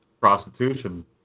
prostitution